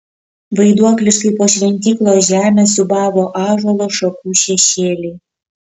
vaiduokliškai po šventyklos žemę siūbavo ąžuolo šakų šešėliai